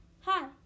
Hi